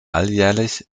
alljährlich